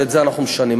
ואת זה אנחנו משנים.